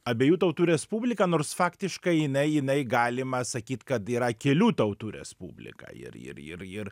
abiejų tautų respubliką nors faktiškai jinai jinai galima sakyt kad yra kelių tautų respublika ir ir ir ir